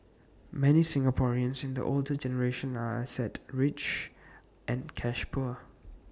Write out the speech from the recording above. many Singaporeans in the older generation are asset rich and cash poor